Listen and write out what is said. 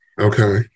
okay